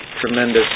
tremendous